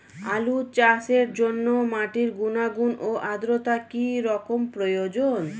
আলু চাষের জন্য মাটির গুণাগুণ ও আদ্রতা কী রকম প্রয়োজন?